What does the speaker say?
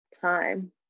time